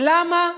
למה,